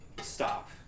Stop